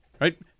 Right